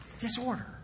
Disorder